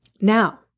Now